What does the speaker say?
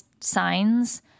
signs